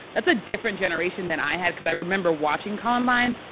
that's a different generation than i had because i remember watching columbine.